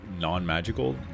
non-magical